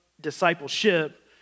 discipleship